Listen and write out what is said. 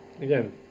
Again